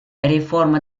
реформа